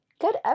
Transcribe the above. Good